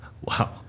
wow